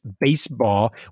Baseball